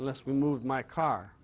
unless we moved my car